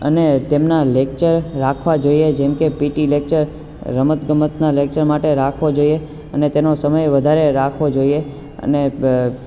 અને તેમના લેકચર રાખવા જોઈએ જેમકે પીટી લેકચર રમત ગમતના લેકચર માટે રાખવો જોઈએ અને તેનો સમય વધારે રાખવો જોઈએ અને